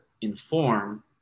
inform